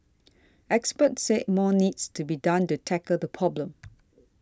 experts said more needs to be done to tackle the problem